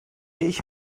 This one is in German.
ich